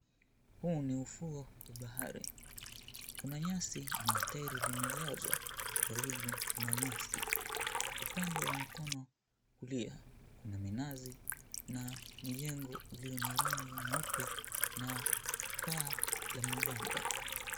Huu ni ufuo wa bahari. Kuna nyasi na tairi limelazwa karibu na nyasi. Upande wa mkono wa kulia, kuna minazi na mjengo ulio na rangi nyeupe, na paa mabamba.